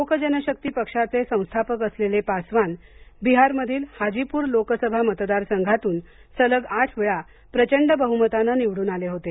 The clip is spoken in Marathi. लोक जनशक्ती पक्षाचे संस्थापक असलेले पासवान बिहार मधील हाजीपूर लोकसभा मतदार संघातून ते सलग आठ वेळा प्रचंड बहुमताने निवडून आले होते